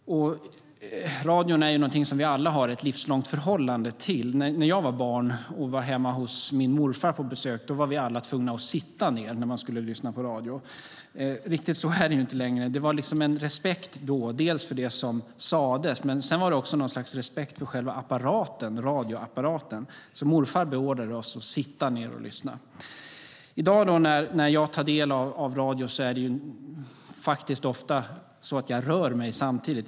Radion är någonting som vi alla har ett livslångt förhållande till. När jag var barn och besökte min morfar var vi alla tvungna att sitta ned när vi skulle lyssna på radio - riktigt så är det inte längre. Det var liksom en respekt för det som sades, men det var också något slags respekt för själva apparaten, radioapparaten. Morfar beordrade oss att sitta ned och lyssna. I dag när jag tar del av radio är det ofta så att jag rör mig samtidigt.